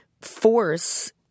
force